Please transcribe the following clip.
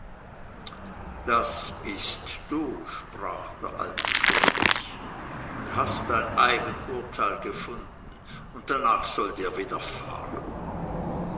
das bist du sprach der alte könig und hast dein eigen urteil gefunden und danach soll dir widerfahren